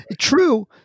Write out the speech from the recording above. true